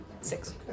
Six